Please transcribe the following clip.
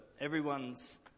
everyone's